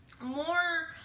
More